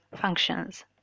functions